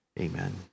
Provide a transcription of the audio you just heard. Amen